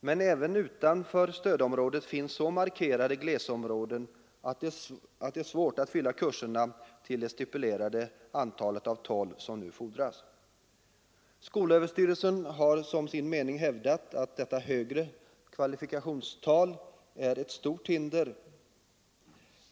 Men även utanför stödområdet finns så markerade glesbygdsområden att det är svårt att fylla kurserna till det stipulerade antalet av tolv deltagare som nu fordras. Skolöverstyrelsen har som sin mening hävdat att detta högre kvalifikationstal är ett stort hinder.